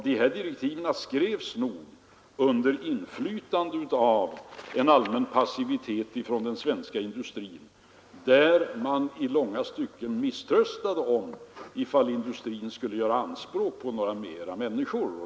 De här direktiven skrevs nog under inflytande av en allmän passivitet inom den svenska industrin, där man i långa stycken misströstade och ifrågasatte om industrin skulle göra anspråk på fler människor.